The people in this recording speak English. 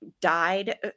died